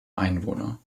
einwohner